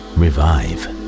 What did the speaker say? revive